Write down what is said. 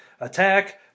attack